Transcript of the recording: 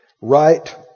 Right